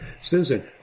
Susan